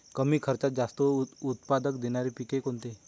कमी खर्चात जास्त उत्पाद देणारी पिके कोणती?